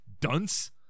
dunce